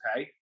okay